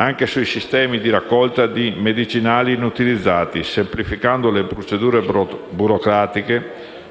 anche sui sistemi di raccolta di medicinali inutilizzati, semplificando le procedure burocratiche per l'elaborazione